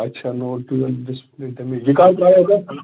اَچھا نوٹ ٹُویل ڈِسپلے یہِ کَر ترٛایٛاو تۄہہِ